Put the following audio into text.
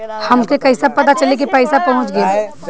हमके कईसे पता चली कि पैसा पहुच गेल?